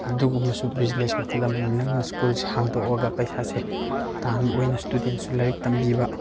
ꯑꯗꯨꯒꯨꯝꯕꯁꯨ ꯕꯤꯖꯤꯅꯦꯁ ꯃꯈꯜ ꯑꯃ ꯅꯪꯅ ꯁ꯭ꯀꯨꯜꯁꯦ ꯍꯥꯡꯗꯣꯛꯑꯒ ꯄꯩꯁꯥꯁꯦ ꯇꯥꯟꯕ ꯑꯣꯏꯅ ꯁ꯭ꯇꯨꯗꯦꯟꯁꯨ ꯂꯥꯏꯔꯤꯛ ꯇꯝꯕꯤꯕ